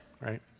Right